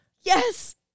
Yes